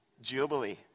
Jubilee